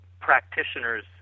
practitioners